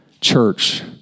church